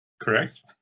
Correct